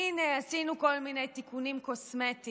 הינה, עשינו כל מיני תיקונים קוסמטיים.